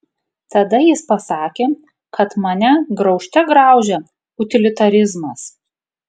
tada jis pasakė kad mane graužte graužia utilitarizmas